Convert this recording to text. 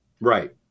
Right